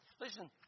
Listen